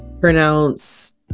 pronounce